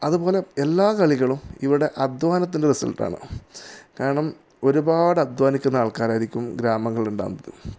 അതുപോലെ എല്ലാ കളികളും ഇവിടെ അധ്വാനത്തിൻ്റെ റിസൾട്ടാണ് കാരണം ഒരുപാട് അധ്വാനിക്കുന്ന ആൾക്കാരായിരിക്കും ഗ്രാമങ്ങളിലുണ്ടാവുന്നത്